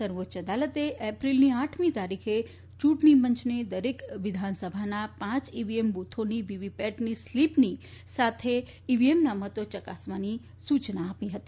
સર્વોચ્ય અદાલતે એપ્રિલની આઠમી તારીખે યૂંટણીપંચને દરેક વિધાનસભાના પાંચ ઈવીએમ બૂથોની વીવીપેટની સ્લિપની સાથે ઈવીએમના મતો ચકાસવાની સૂચના આપી હતી